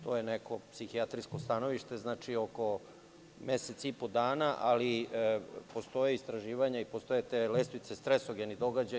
To je neko psihijatrijsko stanovište, znači oko mesec i po dana, ali postoje istraživanja postoje te lestvice stresogeni događaji.